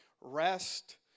rest